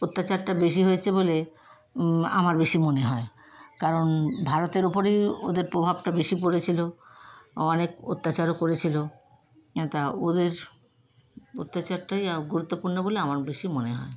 অত্যাচারটা বেশি হয়েছে বলে আমার বেশি মনে হয় কারণ ভারতের উপরই ওদের প্রভাবটা বেশি পড়েছিল অনেক অত্যাচারও করেছিল তাও ওদের অত্যাচারটাই গুরুত্বপূর্ণ বলে আমার বেশি মনে হয়